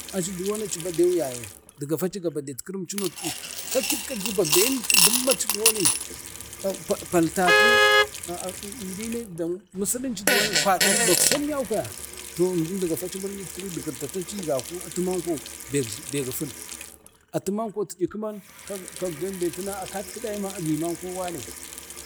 aci duwon aci baden yaye gafaci mur'yit kiri, dagatau gabadet kiri kakip-kakipa been dumma aci duwon igdamun palpatu aa ireno de musulici duwan kwadim bokso yam kwaya to emdun de gafa muryitkir da karcacaci gaku atu manko be jla bek gifun kakan kuwa biya gafaci atu be gifun atimanko agi mamko wane.